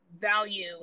value